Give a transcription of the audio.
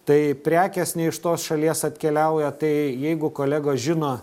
tai prekės ne iš tos šalies atkeliauja tai jeigu kolegos žino